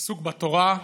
פסוק בתורה: